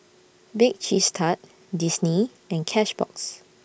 Bake Cheese Tart Disney and Cashbox